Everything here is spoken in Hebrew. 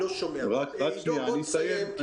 עידו, תסיים.